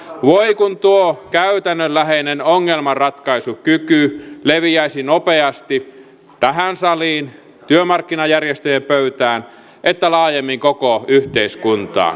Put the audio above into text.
voi kun tuo käytännönläheinen ongelmanratkaisukyky leviäisi nopeasti tähän saliin työmarkkinajärjestöjen pöytään ja laajemmin koko yhteiskuntaan